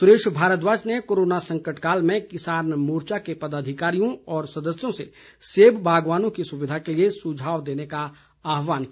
सुरेश भारद्वाज ने कोरोना संकटकाल में किसान मोर्चा के पदाधिकारियों व सदस्यों से सेब बागवानों की सुविधा के लिए सुझाव देने का आह्वान किया